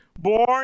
born